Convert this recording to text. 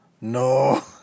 No